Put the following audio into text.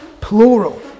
plural